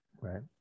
Right